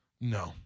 No